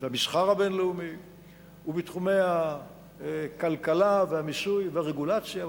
והמסחר הבין-לאומי ובתחומי הכלכלה והמיסוי והרגולציה,